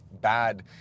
bad